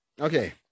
Okay